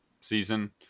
season